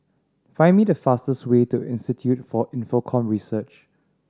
find the fastest way to Institute for Infocomm Research